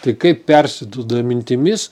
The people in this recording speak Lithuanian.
tai kaip persiduoda mintimis